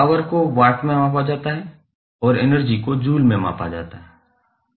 power को watt में मापा जाता है और एनर्जी को जूल में मापा जाता है